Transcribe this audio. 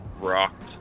rocked